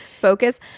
focus